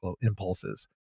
impulses